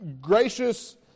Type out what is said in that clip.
gracious